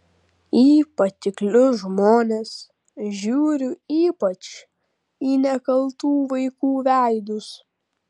į patiklius žmones žiūriu ypač į nekaltų vaikų veidus